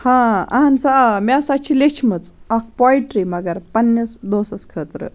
ہاں اَہن سا آ مےٚ ہَسا چھِ لیٚچھمٕژ اَکھ پۄیٹرٛی مگر پَنٛنِس دوسَس خٲطرٕ